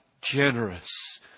generous